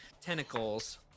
tentacles